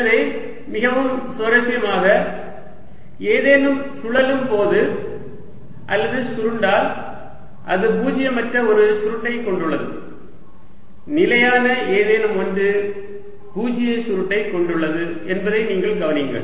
எனவே மிகவும் சுவாரஸ்யமாக ஏதேனும் சுழலும் போது அல்லது சுருண்டால் அது பூஜ்ஜியமற்ற ஒரு சுருட்டை கொண்டுள்ளது நிலையான ஏதேனும் ஒன்று பூஜ்ஜிய சுருட்டை கொண்டுள்ளது என்பதை நீங்கள் கவனியுங்கள்